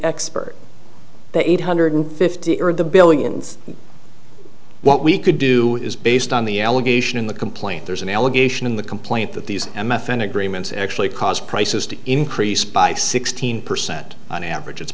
expert the eight hundred fifty or the billions what we could do is based on the allegation in the complaint there's an allegation in the complaint that these m f agreements actually cause prices to increase by sixteen percent on average it's